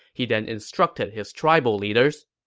he then instructed his tribal leaders,